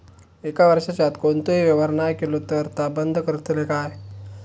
एक वर्षाच्या आत कोणतोही व्यवहार नाय केलो तर ता बंद करतले काय?